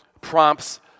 prompts